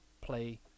play